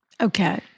Okay